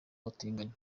abatinganyi